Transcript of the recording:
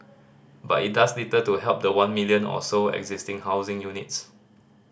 but it does little to help the one million or so existing housing units